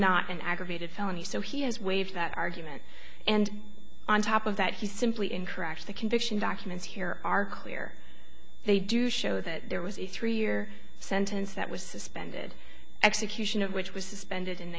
not an aggravated felony so he has waived that argument and on top of that he simply incorrect the conviction documents here are clear they do show that there was a three year sentence that was suspended execution of which was suspended in